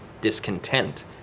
discontent